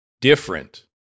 different